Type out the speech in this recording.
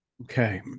Okay